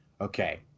okay